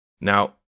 Now